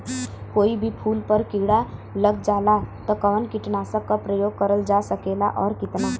कोई भी फूल पर कीड़ा लग जाला त कवन कीटनाशक क प्रयोग करल जा सकेला और कितना?